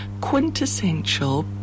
quintessential